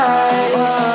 eyes